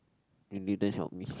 you didn't help me